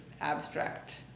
abstract